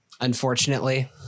Unfortunately